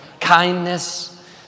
Kindness